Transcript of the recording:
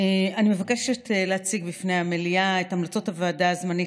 אני מבקשת להציג בפני המליאה את המלצות הוועדה הזמנית